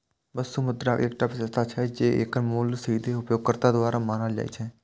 वस्तु मुद्राक एकटा विशेषता छै, जे एकर मूल्य सीधे उपयोगकर्ता द्वारा मानल जाइ छै